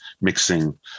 mixing